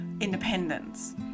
independence